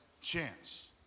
chance